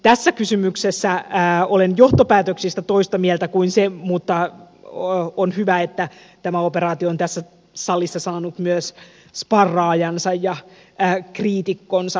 tässä kysymyksessä olen johtopäätöksistä toista mieltä mutta on hyvä että tämä operaatio on tässä salissa saanut myös sparraajansa ja kriitikkonsa